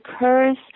occurs